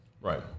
right